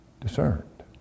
discerned